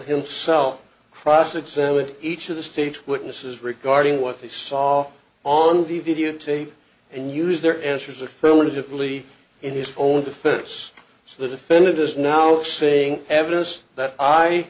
himself cross examine each of the state's witnesses regarding what they saw on the videotape and use their answers affirmatively in his own defense so the defendant is now saying evidence that i